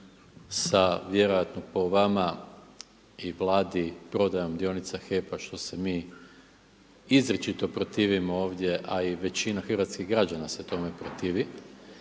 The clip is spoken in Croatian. sa vjerojatno po vama i Vladi prodajom dionica HEP-a što se mi izričito protivimo ovdje, a i većina hrvatskih građana se protivi